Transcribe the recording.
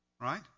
right